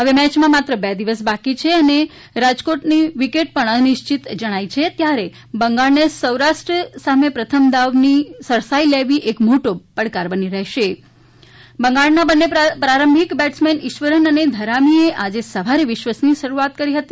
હવે મેંચના માત્ર બે દિવસ બાકી છે અને રાજકોની વિકેટ પણ અનિશ્ચિત જણાય રહી છે ત્યારે બંગાળને સૌરાષ્ટ્ર સામે પ્રથમ દાવની સરસાઈ લેવી એક મોટો પડકાર બની રહેશે બંગાળના બંને પ્રારંભિક બેટ્સમેન ઈશ્વરન અને ઘરામી એ આજે સવારે વિશ્વસનીય શરૂઆત કરી હતી